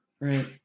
Right